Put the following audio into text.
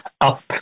up